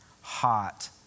hot